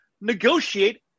Negotiate